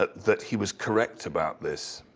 but that he was correct about this.